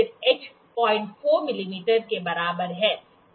फिर h 04 मिमी के बराबर है